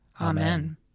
Amen